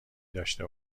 داشته